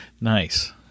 Nice